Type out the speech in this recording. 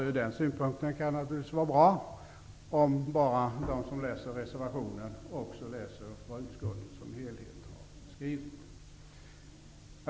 Ur den synpunkten kan det naturligtvis vara bra, under förutsättning att de som läser reservationen också läser vad utskottet som helhet har skrivit.